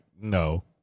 No